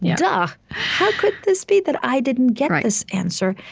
duh. how could this be that i didn't get this answer?